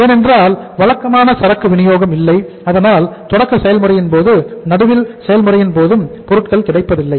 ஏனென்றால் வழக்கமான சரக்கு வினியோகம் இல்லை அதனால் தொடக்க செயல்முறையின்போதும் நடுவில் செயல்முறையின் போதும் பொருட்கள் கிடைப்பதில்லை